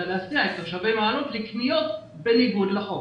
אלא להסיע את תושבי מעלות לקניות בניגוד לחוק,